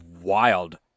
wild